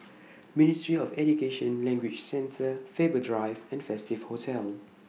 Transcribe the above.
Ministry of Education Language Centre Faber Drive and Festive Hotel